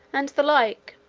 and the like